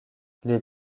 les